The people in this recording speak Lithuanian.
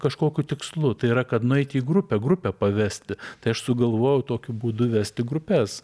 kažkokiu tikslu tai yra kad nueiti į grupę grupę pavesti tai aš sugalvojau tokiu būdu vesti grupes